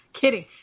Kidding